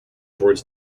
towards